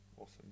Awesome